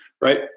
right